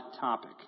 topic